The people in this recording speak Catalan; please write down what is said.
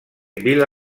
vila